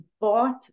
bought